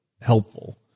helpful